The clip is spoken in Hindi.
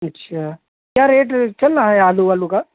अच्छा क्या रेट चल रहा है आलू वालू का